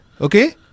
okay